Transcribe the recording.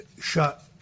shut